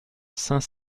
saint